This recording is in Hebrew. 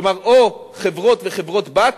כלומר או חברות וחברות-בנות,